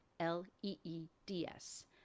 L-E-E-D-S